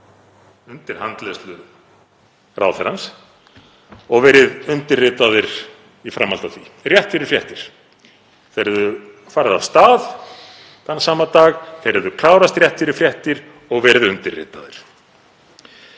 undir handleiðslu ráðherrans og verið undirritaðir í framhaldi af því, rétt fyrir fréttir. Þeir hefðu farið af stað þann sama dag. Þeir hefðu klárast rétt fyrir fréttir og verið undirritaðir.